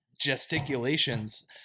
gesticulations